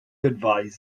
advise